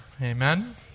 Amen